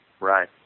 Right